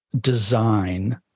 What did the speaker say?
design